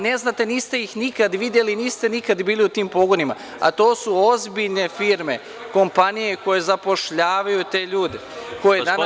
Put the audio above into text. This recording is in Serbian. Ne znate jer ih niste nikada videli, niste nikada bili u tim pogonima, a to su ozbiljne firme, kompanije koje zapošljavaju te ljude, koje danas rade.